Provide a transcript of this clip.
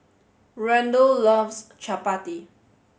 Randle loves Chapati